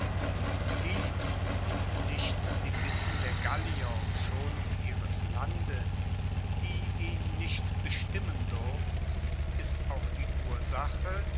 und nicht die bitten der gallier um schonung ihres landes die ihn nicht bestimmen durften ist auch die ursache